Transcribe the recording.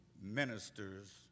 ministers